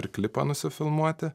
ir klipą nusifilmuoti